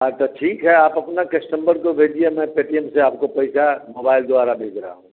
अच्छा ठीक है आप अपना टेक्स्ट नंबर तो भेजिए मैं पेटीएम से आपको पैसा मोबाइल द्वारा भेज रहा हूँ